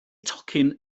tocyn